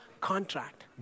contract